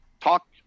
talk